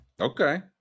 Okay